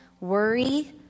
worry